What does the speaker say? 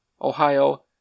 Ohio